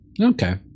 okay